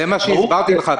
זה מה שהסברתי לך,